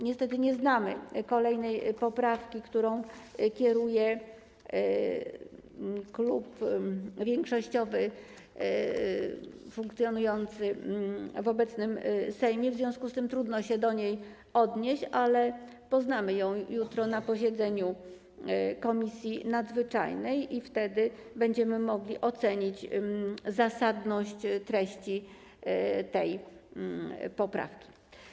Niestety nie znamy kolejnej poprawki, którą kieruje klub większościowy funkcjonujący w obecnym Sejmie, w związku z tym trudno do niej się odnieść, ale poznamy ją jutro na posiedzeniu komisji nadzwyczajnej i wtedy będziemy mogli ocenić zasadność treści tej poprawki.